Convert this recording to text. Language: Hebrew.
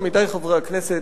עמיתי חברי הכנסת,